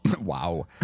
Wow